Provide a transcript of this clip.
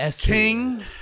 King